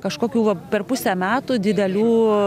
kažkokių va per pusę metų didelių